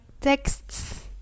texts